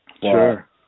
Sure